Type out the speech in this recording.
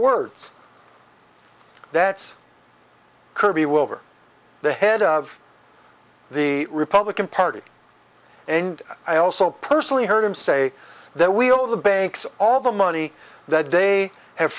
words that's kirby wilbur the head of the republican party and i also personally heard him say that we all of the banks all the money that they have